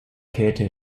käthe